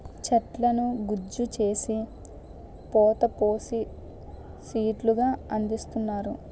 చెట్లను గుజ్జు చేసి పోత పోసి సీట్లు గా అందిస్తున్నారు